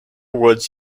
woods